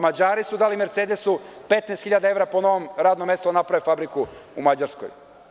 Mađari su dali „Mercedesu“ 15 hiljada evra po novom radnom mestu da na naprave fabriku u Mađarskoj.